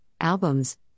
albums